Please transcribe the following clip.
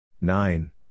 Nine